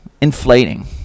inflating